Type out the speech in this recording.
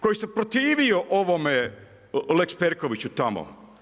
Koji se protivio ovome lex Perkoviću tamo.